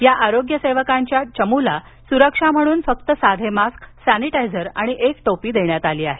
या आरोग्य सेवकांच्या चमुला सुरक्षा म्हणून फक्त साधे मास्क सॅनिटायझर आणि एक टोपी देण्यांत आली आहे